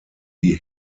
die